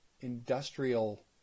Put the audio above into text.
industrial